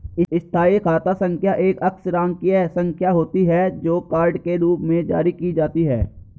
स्थायी खाता संख्या एक अक्षरांकीय संख्या होती है, जो कार्ड के रूप में जारी की जाती है